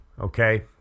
okay